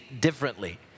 differently